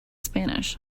spanish